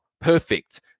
Perfect